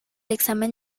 examen